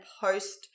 post